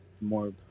More